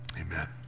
amen